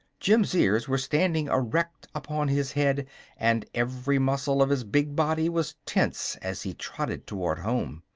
jim's ears were standing erect upon his head and every muscle of his big body was tense as he trotted toward home.